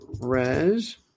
Res